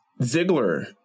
Ziggler